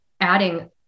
adding